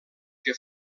que